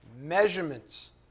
measurements